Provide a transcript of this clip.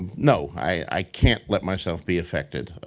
no. i can't let myself be affected.